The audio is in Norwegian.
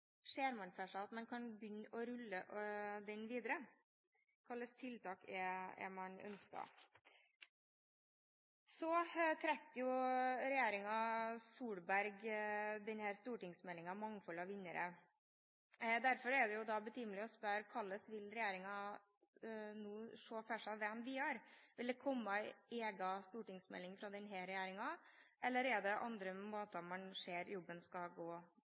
ser man for seg at man kan begynne å rulle den videre – hvilke tiltak er det man ønsker? Så trakk jo regjeringen Solberg denne stortingsmeldingen, Meld. St. 39 for 2012–2013, Mangfold av vinnere, og derfor er det betimelig å spørre: Hvordan ser regjeringen for seg den videre? Vil det komme en egen stortingsmelding fra denne regjeringen, eller er det andre måter man ser jobben skal gå